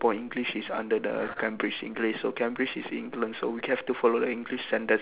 ~pore english is under the cambridge english so cambridge is england so we have to follow the english standard